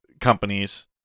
companies